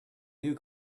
new